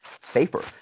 safer